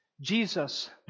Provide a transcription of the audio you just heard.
Jesus